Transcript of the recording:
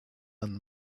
and